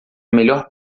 melhor